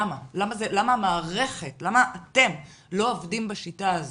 למה אתם לא עובדים בשיטה הזאת?